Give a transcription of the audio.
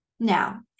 Now